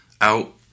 out